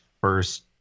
first